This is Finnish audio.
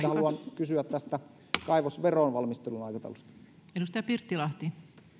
haluan kysyä tästä kaivosveron valmistelun aikataulusta arvoisa rouva